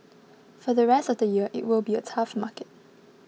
for the rest of the year it will be a tough market